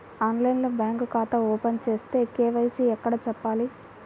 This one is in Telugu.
ఆన్లైన్లో బ్యాంకు ఖాతా ఓపెన్ చేస్తే, కే.వై.సి ఎక్కడ చెప్పాలి?